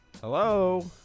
Hello